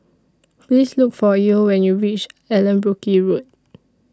Please Look For Yael when YOU REACH Allanbrooke Road